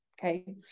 Okay